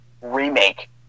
remake